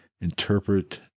interpret